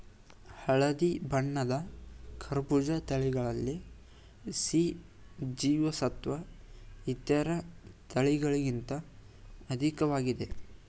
ಹಳದಿ ಬಣ್ಣದ ಕರ್ಬೂಜ ತಳಿಗಳಲ್ಲಿ ಸಿ ಜೀವಸತ್ವ ಇತರ ತಳಿಗಳಿಗಿಂತ ಅಧಿಕ್ವಾಗಿದೆ